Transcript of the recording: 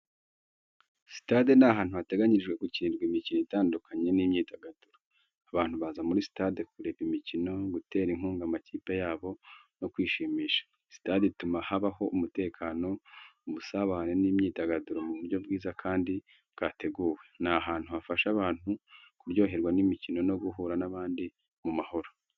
Sitade ni ahantu hateganyirijwe gukinirwa imikino itandukanye n’imyidagaduro. Abantu baza muri sitade kureba imikino, gutera inkunga amakipe yabo no kwishimisha. Sitade ituma habaho umutekano, ubusabane n’imyidagaduro mu buryo bwiza kandi bwateguwe. Ni ahantu hafasha abantu kuryoherwa n’imikino no guhura n’abandi mu mahoro.